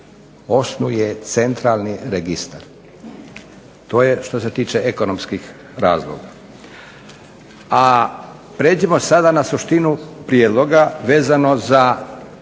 osnuje centralni registar. To je što se tiče ekonomskih razloga. A prijeđimo sada na suštinu prijedloga vezano za